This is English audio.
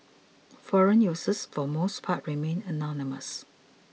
forum users for most parts remain anonymous